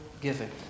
giving